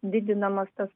didinamas tas